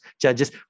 judges